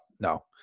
no